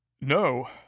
No